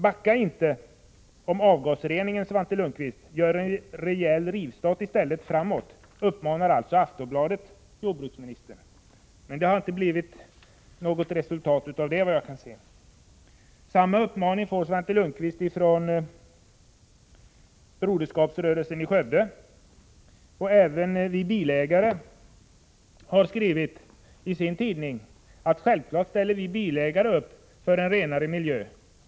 ——- Backa inte om avgasreningen, Svante Lundkvist. Gör en rejäl rivstart framåt i stället!” Så uppmanar alltså Aftonbladet jordbruksministern. Det har inte blivit något resultat av detta, såvitt jag kan se. Samma uppmaning får Svante Lundkvist från Broderskapsrörelsen i Skövde. Även Vi Bilägare har skrivit att bilägarna självfallet ställer upp för en renare miljö.